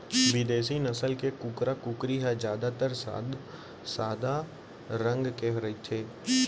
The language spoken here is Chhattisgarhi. बिदेसी नसल के कुकरा, कुकरी ह जादातर सादा रंग के रथे